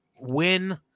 win